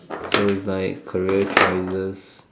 so its like career choices